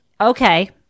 Okay